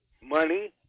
money